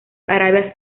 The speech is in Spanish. arabia